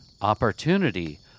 Opportunity